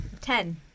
Ten